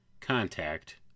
contact